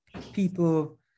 people